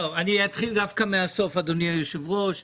אתחיל דווקא מן הסוף, אדוני היושב-ראש,